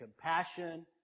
compassion